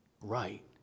right